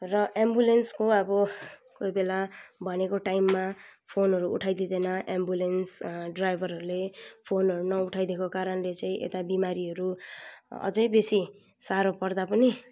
र एम्बुलेन्सको अब कोही बेला भनेको टाइममा फोनहरू उठाइ दिँदैन एम्बुलेन्स ड्राइभरहरूले फोनहरू नउठाइ दिएको कारणले चाहिँ यता बिमारीहरू अझ बेसी साह्रो पर्दा पनि